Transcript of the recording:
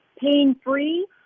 pain-free